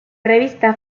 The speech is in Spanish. revista